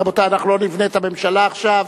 רבותי, אנחנו לא נבנה את הממשלה עכשיו.